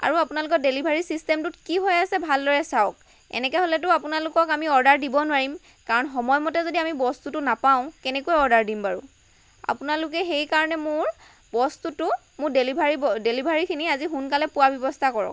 আৰু আপোনালোকৰ ডেলিভাৰী চিষ্টেমটোত কি হৈ আছে ভালদৰে চাওঁক এনেকৈ হ'লেতো আপোনালোকক আমি অৰ্ডাৰ দিব নোৱাৰিম কাৰণ সময়মতে যদি আমি বস্তুটো নাপাওঁ কেনেকৈ অৰ্ডাৰ দিম বাৰু আপোনালোকে সেইকাৰণে মোৰ বস্তুটো মোৰ ডেলিভাৰীখিনি আজি সোনকালে পোৱাৰ ব্যৱস্থা কৰক